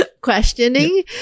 questioning